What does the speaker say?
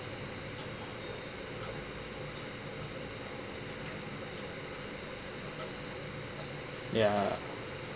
ya